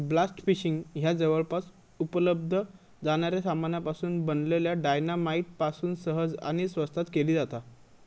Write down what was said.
blast fishing ह्या जवळपास उपलब्ध जाणाऱ्या सामानापासून बनलल्या डायना माईट पासून सहज आणि स्वस्तात केली जाता